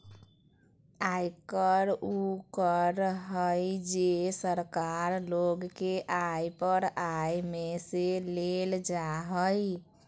आयकर उ कर हइ जे सरकार लोग के आय पर आय में से लेल जा हइ